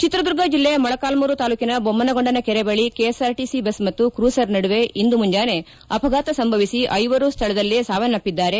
ಚಿತ್ರದುರ್ಗ ಜಿಲ್ಲೆ ಮೊಳಕಾಲ್ಮೂರು ತಾಲ್ಲೂಕಿನ ಬೊಮ್ಮಗೊಂಡನ ಕೆರೆ ಬಳಿ ಕೆಎಸ್ಆರ್ಟಿಸಿ ಬಸ್ ಮತ್ತು ಕ್ರೂಸರ್ ನಡುವೆ ಇಂದು ಮುಂಜಾನೆ ಅಪಘಾತ ಸಂಭವಿಸಿ ಐವರು ಸ್ಥಳದಲ್ಲೇ ಸಾವನ್ನಪ್ಪಿದ್ದಾರೆ